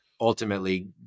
ultimately